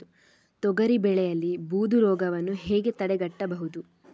ತೊಗರಿ ಬೆಳೆಯಲ್ಲಿ ಬೂದು ರೋಗವನ್ನು ಹೇಗೆ ತಡೆಗಟ್ಟಬಹುದು?